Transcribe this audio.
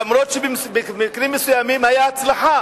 אף-על-פי שבמקרים מסוימים היתה הצלחה.